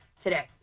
today